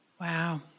Wow